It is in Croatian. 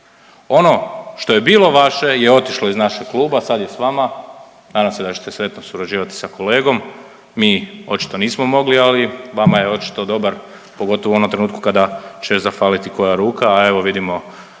Ono što je bilo vaše je otišlo iz našeg kluba, sad je s vama, nadam se da ćete sretno surađivati sa kolegom, mi očito nismo mogli, ali vama je očito dobar pogotovo u onom trenutku kada će zafaliti koja ruka, a evo vidimo